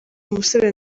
musore